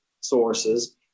sources